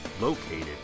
located